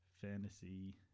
Fantasy